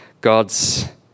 God's